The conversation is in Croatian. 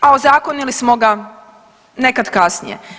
A ozakonili smo ga nekad kasnije.